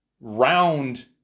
round